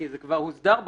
כי זה כבר הוסדר בחוק.